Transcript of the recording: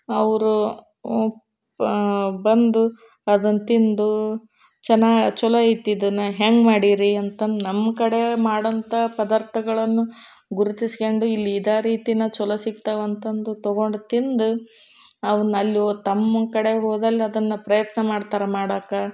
ಅವರು ಉಪ್ ಬಂದು ಅದನ್ನು ತಿಂದು ಚನಾ ಛಲೋ ಐತಿ ಇದನ್ನು ಹೆಂಗೆ ಮಾಡೀರಿ ಅಂತಂದು ನಮ್ಮ ಕಡೆ ಮಾಡುವಂಥ ಪದಾರ್ಥಗಳನ್ನು ಗುರುತಿಸ್ಕೊಂಡು ಇಲ್ಲಿ ಇದೇ ರೀತಿನೇ ಛಲೋ ಸಿಗ್ತವಂತಂದು ತೊಗೊಂಡು ತಿಂದು ಅವನ್ ಅಲ್ಲೂ ತಮ್ಮ ಕಡೆಗೆ ಹೋದಲ್ಲಿ ಅದನ್ನು ಪ್ರಯತ್ನ ಮಾಡ್ತಾರ ಮಾಡಕ್ಕೆ